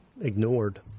ignored